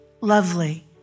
lovely